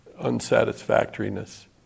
unsatisfactoriness